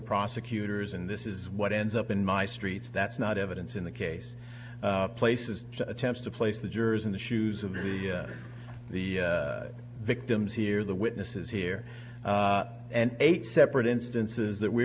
prosecutors and this is what ends up in my streets that's not evidence in the case places attempts to place the jurors in the shoes of the the victims here the witnesses here and eight separate instances that we